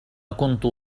كنت